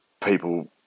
people